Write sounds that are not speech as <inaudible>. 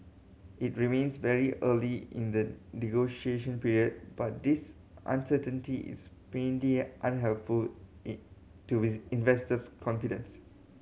it remains very early in the negotiation period but this uncertainty is plainly unhelpful in to <unintelligible> investors confidence